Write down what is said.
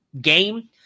game